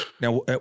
Now